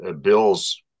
bills